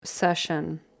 Session